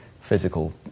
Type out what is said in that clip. physical